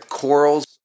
corals